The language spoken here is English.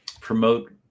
promote